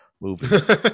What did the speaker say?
movie